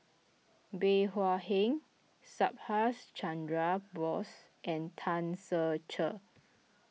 Bey Hua Heng Subhas Chandra Bose and Tan Ser Cher